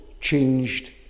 changed